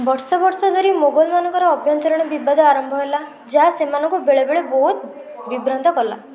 ବର୍ଷ ବର୍ଷ ଧରି ମୋଗଲମାନଙ୍କର ଆଭ୍ୟନ୍ତରୀଣ ବିବାଦ ଆରମ୍ଭ ହେଲା ଯାହା ସେମାନଙ୍କୁ ବେଳେ ବେଳେ ବହୁତ ବିଭ୍ରାନ୍ତ କଲା